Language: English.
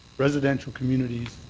residential communities,